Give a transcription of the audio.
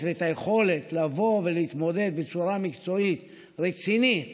ואת היכולת להתמודד בצורה מקצועית ורצינית